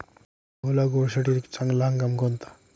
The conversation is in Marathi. गहू लागवडीसाठी चांगला हंगाम कोणता?